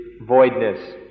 voidness